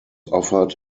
offered